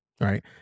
right